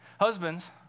Husbands